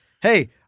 hey